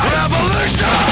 revolution